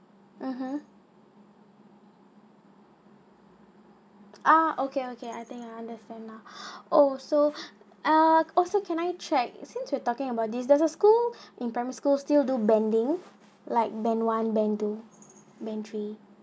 mmhmm ah okay okay I think I understand now oh so a also can I check since you're talking about this does a school in primary school still do banding like band one band two band three